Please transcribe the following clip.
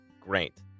Great